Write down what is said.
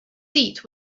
seat